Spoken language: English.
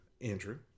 Andrew